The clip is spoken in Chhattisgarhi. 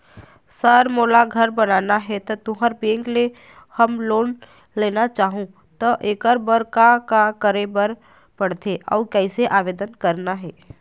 सर मोला घर बनाना हे ता तुंहर बैंक ले होम लोन लेना चाहूँ ता एकर बर का का करे बर पड़थे अउ कइसे आवेदन करना हे?